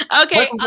okay